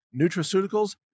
nutraceuticals